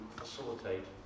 facilitate